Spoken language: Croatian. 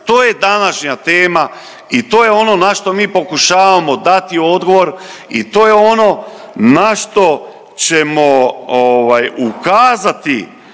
To je današnja tema i to je ono na što mi pokušavamo dati odgovor i to je ono na što ćemo ovaj,